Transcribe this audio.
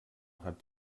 hat